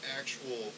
actual